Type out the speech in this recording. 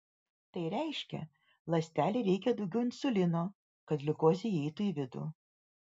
tai reiškia ląstelei reikia daugiau insulino kad gliukozė įeitų į vidų